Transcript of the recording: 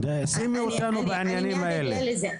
שימי אותנו בעניינים האלה.